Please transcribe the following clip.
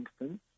instance